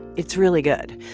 it's really good.